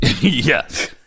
Yes